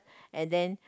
and then